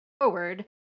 forward